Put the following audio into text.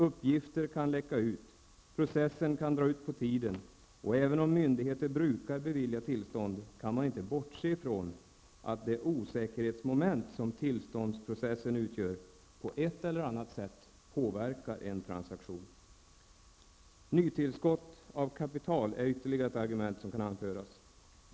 Uppgifter kan läcka ut, processen kan dra ut på tiden, och även om myndigheter brukar bevilja tillstånd kan man inte bortse från att det osäkerhetsmoment som tillståndsprocessen utgör på ett eller annat sätt påverkar en transaktion. Nytillskott av kapital är ytterligare ett argument som kan anföras.